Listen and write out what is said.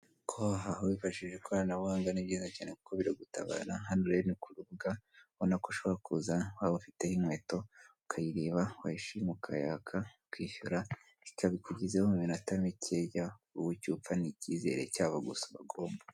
Ko aha wifashishije ikoranabuhanga ni byiza cyane kuberako biragutabara hano rero ku rubuga ubona ko ushaka kuza waba ufiteho inkweto ukayireba wayishima ukayaka kwishyura ikabikugezaho mu minota mikeya ubu wowe icyupfa ni icyizere cyabo gusa bagomba.